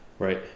Right